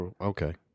Okay